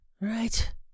Right